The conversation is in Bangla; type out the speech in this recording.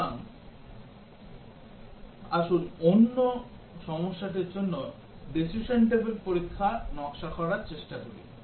সুতরাং আসুন অন্য সমস্যাটির জন্য decision table পরীক্ষা নকশা করার চেষ্টা করি